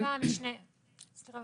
השאלה באה משני הכיוונים,